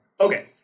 Okay